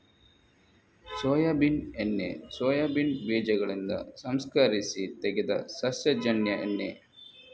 soybean ಎಣ್ಣೆ soybean ಬೀಜಗಳಿಂದ ಸಂಸ್ಕರಿಸಿ ತೆಗೆದ ಸಸ್ಯಜನ್ಯ ಎಣ್ಣೆ